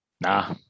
nah